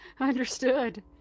Understood